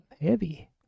heavy